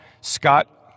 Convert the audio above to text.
Scott